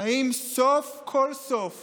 האם סוף כל סוף